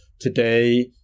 today